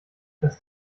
das